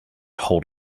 hold